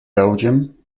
belgium